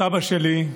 סבא שלי,